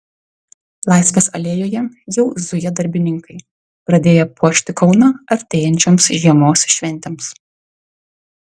laisvės alėjoje jau zuja darbininkai pradėję puošti kauną artėjančioms žiemos šventėms